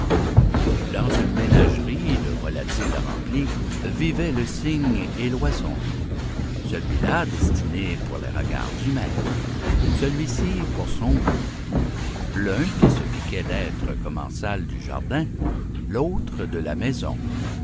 dans une ménagerie de volatiles remplie vivaient le cygne et l'oison celui-là destiné pour les regards du maître celui-ci pour son goût l'un qui se piquait d'être commensal du jardin l'autre de la maison